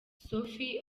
sophie